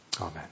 Amen